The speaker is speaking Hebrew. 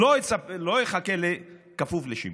לא אחכה ל"כפוף לשימוע".